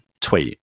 tweet